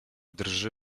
drży